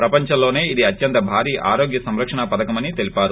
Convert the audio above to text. ప్రపంచంలో నేఇది అత్యంత్ భారీ ఆరోగ్య సంరక్షణ పదకమని తెలిపారు